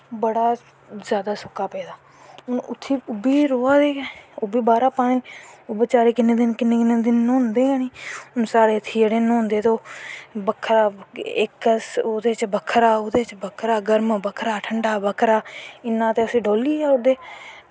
बड़ा जादा सुक्का पेदा ओह् बी उत्थै रवा दे गै बाह्रा दा पानीं बचैरे किन्नें किन्नें दिन न्हौंदे गै नी हून साढ़ै इत्थें जेह्ड़े न्हौंदे ते बक्खरै ओह्दे च बक्खरा ओह्दे च बक्खरा गर्म बक्खरा ठंडा बक्खरा इयां ते फिर डोहली गै ओड़दे